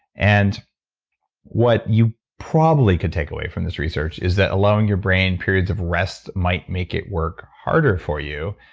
and what you probably could take away from this research is that allowing your brain periods of rest might make it work harder for you.